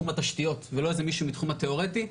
התשתיות ולא איזה מישהו מהתחום התיאורטי.